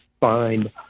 find